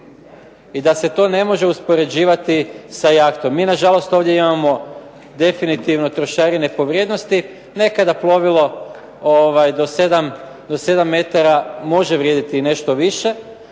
i da se to ne može uspoređivati sa jahtom. Mi na žalost ovdje imamo definitivno trošarine po vrijednosti. Nekada plovilo do 7 metara može vrijediti i nešto više,